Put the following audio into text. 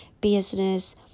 business